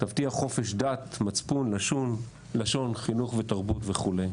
תבטיח חופש דת, מצפון, לשון חינוך ותרבות וכו'.